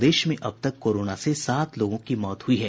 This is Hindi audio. प्रदेश में अब तक कोरोना से सात लोगों की मौत हुई है